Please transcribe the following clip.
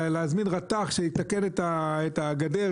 להזמין רתך שיתקן את הגדר.